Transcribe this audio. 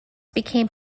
became